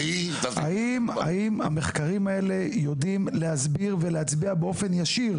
האם המחקרים האלה יודעים להסביר ולהצביע באופן ישיר,